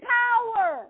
power